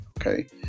Okay